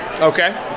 Okay